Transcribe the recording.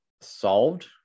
solved